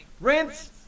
Rinse